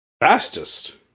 Fastest